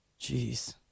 Jeez